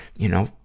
you know,